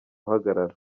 uhagarara